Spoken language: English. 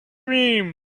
cream